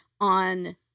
on